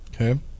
Okay